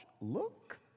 look